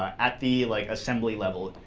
ah at the like assembly level,